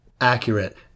accurate